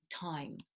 time